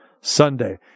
Sunday